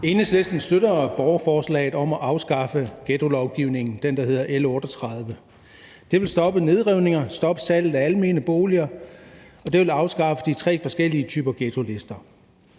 Enhedslisten støtter borgerforslaget om at afskaffe ghettolovgivningen – det, der hedder L 38. Det vil stoppe nedrivninger, stoppe salget af almene boliger, og det vil afskaffe de tre forskellige typer ghettolister.